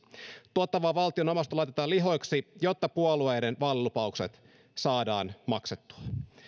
tuottavaa valtion omaisuutta laitetaan lihoiksi jotta puolueiden vaalilupaukset saadaan maksettua